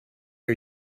are